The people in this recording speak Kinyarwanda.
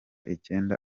icyenda